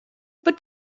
but